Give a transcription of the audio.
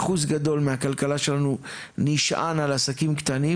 אחוז גדול מהכלכלה שלנו נשען על עסקים קטנים